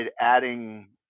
adding